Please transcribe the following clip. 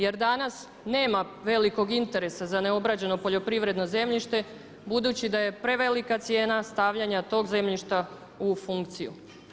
Jer danas nema velikog interesa za neobrađeno poljoprivredno zemljište budući da je prevelika cijena stavljanja tog zemljišta u funkciju.